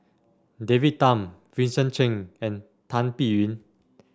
David Tham Vincent Cheng and Tan Biyun